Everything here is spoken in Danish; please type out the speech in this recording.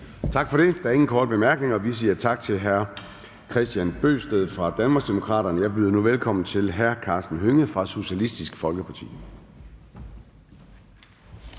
Tak for det. Der er ingen korte bemærkninger. Vi siger tak til hr. Hans Kristian Skibby fra Danmarksdemokraterne. Jeg byder nu velkommen til hr. Serdal Benli fra Socialistisk Folkeparti.